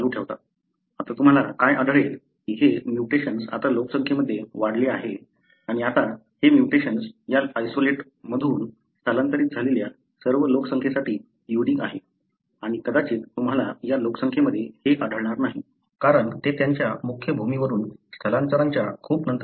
आता तुम्हाला काय आढळेल की हे म्युटेशन्स आता लोकसंख्येमध्ये वाढले आहे आणि आता हे म्युटेशन्स या आयसोलेटतून स्थलांतरित झालेल्या सर्व लोकसंख्येसाठी युनिक आहे आणि कदाचित तुम्हाला या लोकसंख्येमध्ये हे आढळणार नाही कारण ते त्यांच्या मुख्य भूमी वरून स्थलांतराच्या खूप नंतर घडले होते